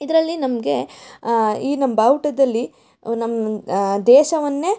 ಇದರಲ್ಲಿ ನಮಗೆ ಈ ನಮ್ಮ ಬಾವುಟದಲ್ಲಿ ಅವು ನಮ್ಮ ದೇಶವನ್ನೇ